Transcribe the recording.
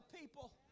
people